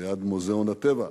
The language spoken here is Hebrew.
ליד מוזיאון הטבע.